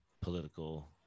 political